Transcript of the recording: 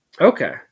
Okay